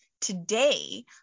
today